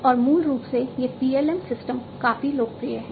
और मूल रूप से ये PLM सिस्टम काफी लोकप्रिय हैं